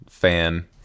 fan